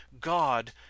God